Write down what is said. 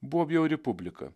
buvo bjauri publika